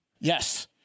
Yes